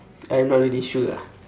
I'm not really sure ah